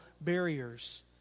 barriers